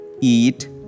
eat